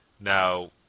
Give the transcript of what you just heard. Now